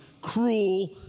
cruel